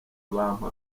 bampa